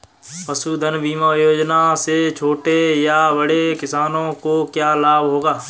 पशुधन बीमा योजना से छोटे या बड़े किसानों को क्या लाभ होगा?